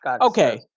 Okay